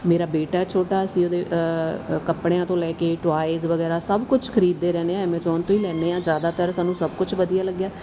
ਮੇਰਾ ਬੇਟਾ ਛੋਟਾ ਸੀ ਉਹਦੇ ਕੱਪੜਿਆਂ ਤੋਂ ਲੈ ਕੇ ਟੋਏਜ਼ ਵਗੈਰਾ ਸਭ ਕੁਝ ਖਰੀਦਦੇ ਰਹਿੰਦੇ ਹਾਂ ਐਮੇਜੋਨ ਤੋਂ ਹੀ ਲੈਂਦੇ ਹਾਂ ਜ਼ਿਆਦਾਤਰ ਸਾਨੂੰ ਸਭ ਕੁਛ ਵਧੀਆ ਲੱਗਿਆ